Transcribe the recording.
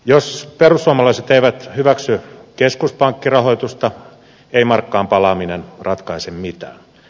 jos perussuomalaiset eivät hyväksy keskuspankkirahoitusta ei markkaan palaaminen ratkaise mitään